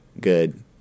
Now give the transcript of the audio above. good